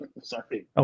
Sorry